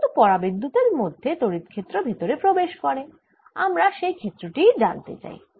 কিন্তু পরাবিদ্যুতের মধ্যে তড়িৎ ক্ষেত্র ভেতরে প্রবেশ করে আমরা সেই ক্ষেত্র টিই জানতে চাই